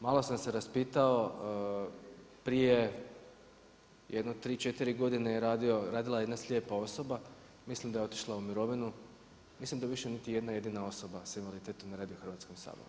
Malo sam se raspitao prije jedno 3, 4 godine je radila jedna slijepa osoba, mislim da je otišla u mirovinu, mislim da više niti jedna jedina osoba s invaliditetom ne radi u Hrvatskom saboru.